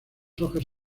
hojas